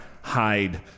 hide